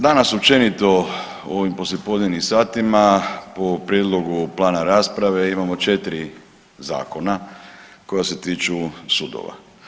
Danas općenito u ovim poslijepodnevnim satima po prijedlogu plana rasprave imamo 4 zakona koja se tiču sudova.